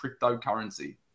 cryptocurrency